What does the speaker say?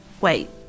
Wait